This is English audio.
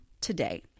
today